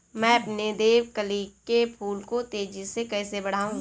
मैं अपने देवकली के फूल को तेजी से कैसे बढाऊं?